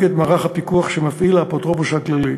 את מערך הפיקוח שמפעיל האפוטרופוס הכללי.